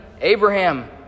Abraham